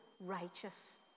righteous